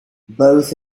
both